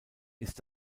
ist